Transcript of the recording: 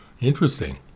Interesting